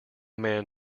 man